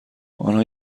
آنها